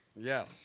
Yes